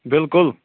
بِلکُل